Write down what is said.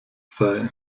sei